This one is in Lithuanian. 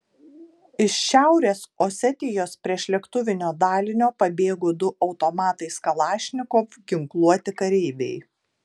iš šiaurės osetijos priešlėktuvinio dalinio pabėgo du automatais kalašnikov ginkluoti kareiviai